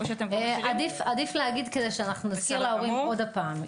עדיף להגיד כדי שנזכיר להורים שוב.